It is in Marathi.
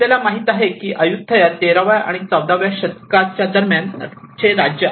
आपल्याला माहित आहे की हे अय्युथय़ा 13 व्या आणि 14 व्या शतका दरम्यानचे राज्य आहे